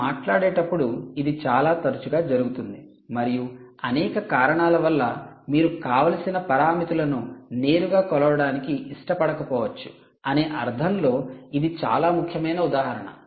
మీరు మాట్లాడేటప్పుడు ఇది చాలా తరచుగా జరుగుతుంది మరియు అనేక కారణాల వల్ల మీరు కావలసిన పరామితులని నేరుగా కొలవడానికి ఇష్టపడకపోవచ్చు అనే అర్థంలో ఇది చాలా ముఖ్యమైన ఉదాహరణ